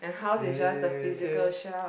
they says